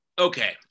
Okay